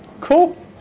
Cool